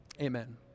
Amen